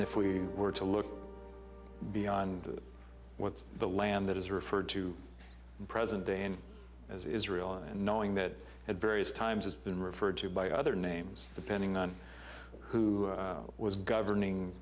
if we were to look beyond what the land that is referred to in present day in as israel and knowing that at various times has been referred to by other names depending on who was governing